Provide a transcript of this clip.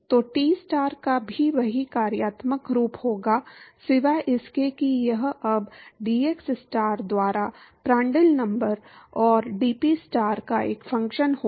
तो Tstar का भी वही कार्यात्मक रूप होगा सिवाय इसके कि यह अब dxstar द्वारा Prandtl नंबर और dPstar का एक फ़ंक्शन होगा